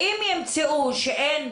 ואם ימצאו שאין את